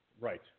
Right